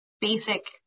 basic